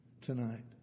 tonight